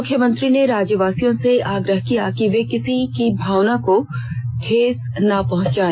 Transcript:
मुख्यमंत्री ने राज्यवासियों से आग्रह किया है कि वे किसी की भावना को ठेस न पहुंचाए